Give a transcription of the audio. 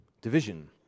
division